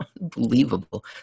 Unbelievable